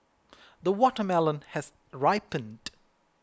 the watermelon has ripened